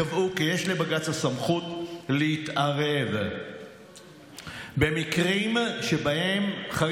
קבעו כי יש לבג"ץ הסמכות להתערב במקרים חריגים,